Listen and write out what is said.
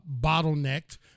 bottlenecked